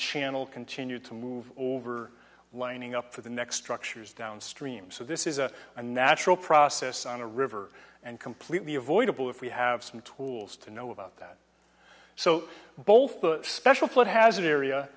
channel continued to move over lining up for the next trucks years downstream so this is a a natural process on a river and completely avoidable if we have some tools to know about that so both special put hazard area